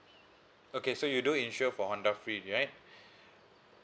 okay so you do insure for on Honda freed right